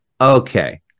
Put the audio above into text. Okay